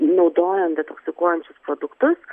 naudojant detoksikuojančius produktus